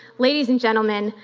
ladies and gentlemen,